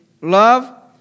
love